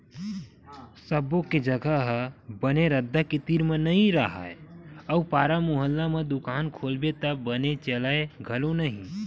सब्बो के जघा ह बने रद्दा के तीर म नइ राहय अउ पारा मुहल्ला म दुकान खोलबे त बने चलय घलो नहि